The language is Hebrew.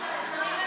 בסדר,